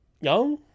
young